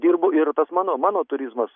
dirbu ir tas mano mano turizmas